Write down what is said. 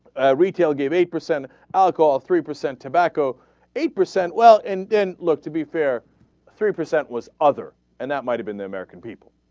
retail gave a percent i'll call three percent tobacco eight percent well and didn't look to be fair three percent was other and that might have been the american people